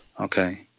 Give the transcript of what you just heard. Okay